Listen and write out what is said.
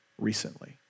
Recently